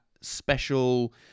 special